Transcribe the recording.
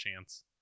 chance